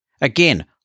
Again